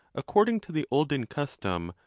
according to the olden custom,